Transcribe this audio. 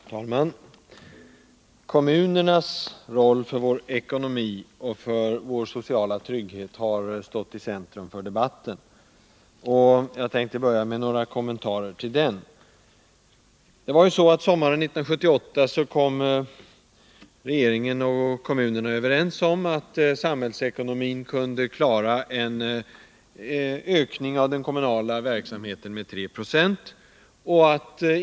Herr talman! Kommunernas roll för vår ekonomi och för vår sociala trygghet har stått i centrum för debatten. Jag tänkte börja med några kommentarer till den diskussionen. Sommaren 1978 kom regeringen och kommunerna överens om att samhällsekonomin kunde klara en ökning av den kommunala verksamheten med 3 26.